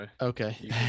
okay